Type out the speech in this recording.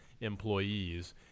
employees